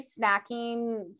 snacking